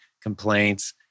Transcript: complaints